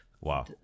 wow